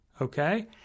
Okay